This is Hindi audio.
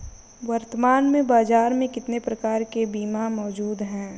वर्तमान में बाज़ार में कितने प्रकार के बीमा मौजूद हैं?